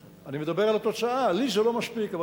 אני מדבר על התוצאה, לי זה לא מספיק.